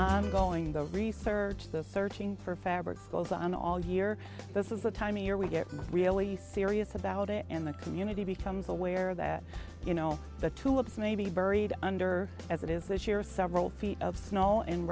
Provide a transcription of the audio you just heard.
enough going the research the thirteen for fabrics goes on all year this is the time of year we get really serious about it and the community becomes aware that you know the tulips may be buried under as it is this year several feet of snow and